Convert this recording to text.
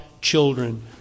children